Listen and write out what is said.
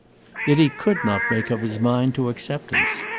yet he could not make up his mind to acceptance.